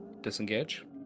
Disengage